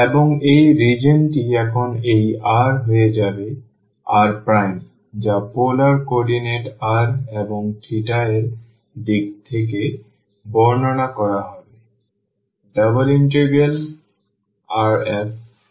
এবং এই রিজিওনটি এখন এই R হয়ে যাবে R যা পোলার কোঅর্ডিনেট r এবং এর দিক থেকে বর্ণনা করা হবে